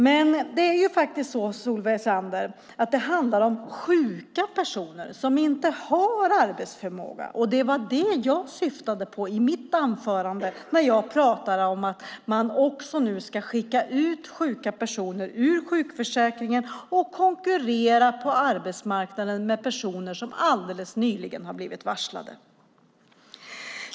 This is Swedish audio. Men det är faktiskt så, Solveig Zander, att det handlar om sjuka personer som inte har arbetsförmåga. Det var dem jag syftade på i mitt anförande när jag pratade om att man nu ska skicka ut sjuka personer ur sjukförsäkringen att konkurrera på arbetsmarknaden med personer som alldeles nyligen har blivit varslade.